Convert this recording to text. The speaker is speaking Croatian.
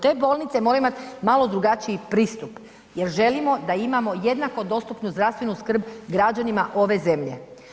Te bolnice moraju imati malo drugačiji pristup jer želimo da imamo jednako dostupnu zdravstvenu skrb građanima ove zemlje.